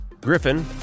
Griffin